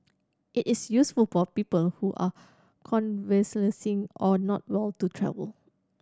it is useful for people who are convalescing or not well to travel